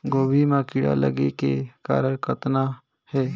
गोभी म कीड़ा लगे के कारण कतना हे?